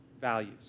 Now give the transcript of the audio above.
values